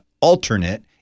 alternate